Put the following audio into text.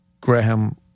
Graham